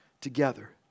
together